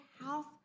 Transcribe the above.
health